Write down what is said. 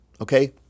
okay